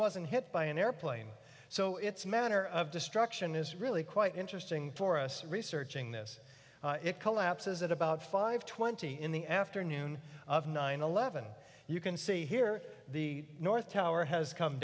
wasn't hit by an airplane so it's manner of destruction is really quite interesting for us researching this it collapses at about five twenty in the afternoon of nine eleven you can see here the north tower has come